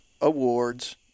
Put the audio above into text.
awards